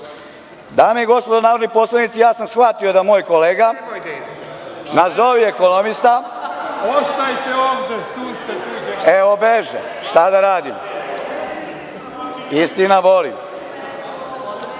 rade. Dame i gospodo narodni poslanici, ja sam shvatio da moj kolega, nazovi ekonomista, evo beže, šta da radimo, istina boli,